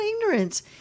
ignorance